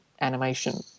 animation